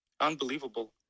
unbelievable